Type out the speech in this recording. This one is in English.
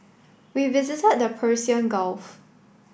we visited the Persian Gulf